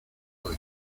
doy